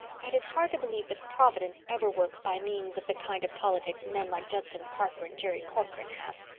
and it's hard to believe that providence ever works by means of the kind of politics men like judson parker and jerry corcoran have.